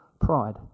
Pride